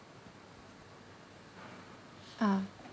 ah